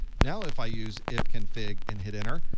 now, if i use ifconfig and hit enter,